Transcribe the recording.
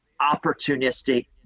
opportunistic